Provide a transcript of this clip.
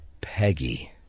Peggy